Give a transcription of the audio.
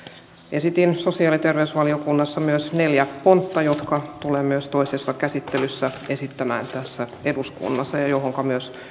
esitin sosiaali ja terveysvaliokunnassa myös neljä pontta jotka tulen myös toisessa käsittelyssä esittämään tässä eduskunnassa